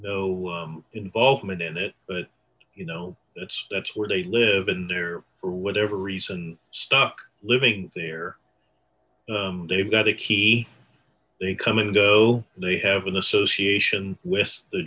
involvement in it but you know that's that's where they live in there for whatever reason stuck living there they've got a key they come and go they have an association with the